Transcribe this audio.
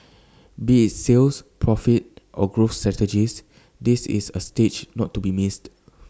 be IT sales profit or growth strategies this is A stage not to be missed